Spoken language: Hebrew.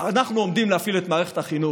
אנחנו עומדים להפעיל את מערכת החינוך,